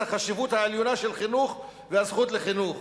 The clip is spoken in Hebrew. החשיבות העליונה של חינוך והזכות לחינוך".